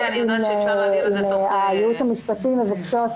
אם הייעוץ המשפטי ירצה,